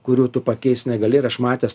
kurių tu pakeist negali ir aš matęs